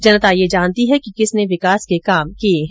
जनता यह जानती है कि किसने विकास के काम किये है